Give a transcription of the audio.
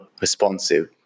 responsive